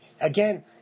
again